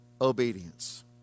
obedience